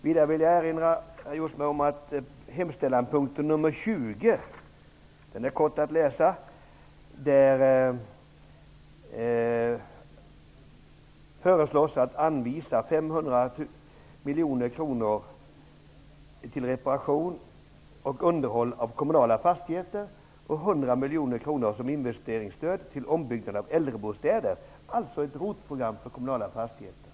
Vidare vill jag erinra herr Jousma om att i hemställanspunkten 20 föreslås att 500 000 000 kr skall anvisas till reparation och underhåll av kommunala fastigheter och 100 000 000 kr som investeringsstöd till ombyggnad av äldrebostäder. Det är alltså ett